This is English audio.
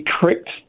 correct